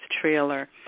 Trailer